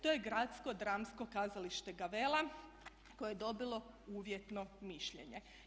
To je Gradsko dramsko kazalište Gavela koje je dobilo uvjetno mišljenje.